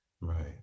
Right